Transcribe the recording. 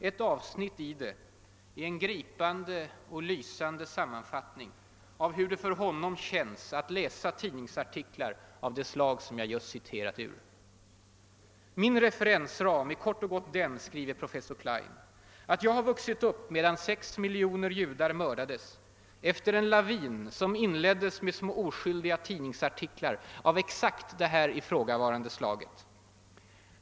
Ett avsnitt i det är en gripande och lysande sammanfattning av hur det för "honom känns att läsa tidningsartiklar av det slag jag just citerat ur: Min referensram är kort och gott den>, skriver professor Klein, »att jag har vuxit upp medan sex miljoner judar mördades efter en lavin som inleddes med små oskyldiga tidningsartiklar av exakt det här ifrågavarande slaget.